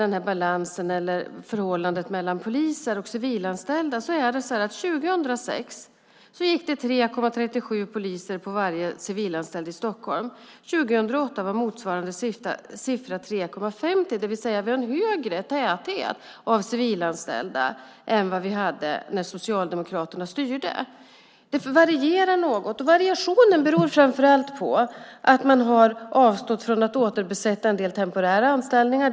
När det gäller förhållandet mellan poliser och civilanställda gick det 3,37 poliser på varje civilanställd i Stockholm år 2006. År 2008 var motsvarande siffra 3,50. Vi har alltså en högre täthet av civilanställda än när Socialdemokraterna styrde. Det varierar något. Variationen beror framför allt på att man har avstått från att återbesätta en del temporära anställningar.